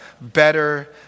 better